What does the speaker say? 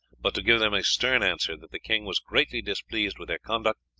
but to give them a stern answer that the king was greatly displeased with their conduct,